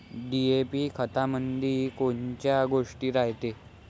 DAP खतामंदी कोनकोनच्या गोष्टी रायते?